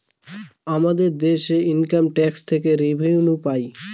আমাদের দেশে income tax থেকে রেভিনিউ পাই